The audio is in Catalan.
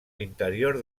l’interior